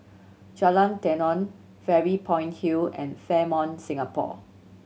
Jalan Tenon Fairy Point Hill and Fairmont Singapore